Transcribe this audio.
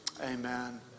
Amen